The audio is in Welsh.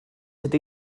ydy